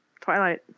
Twilight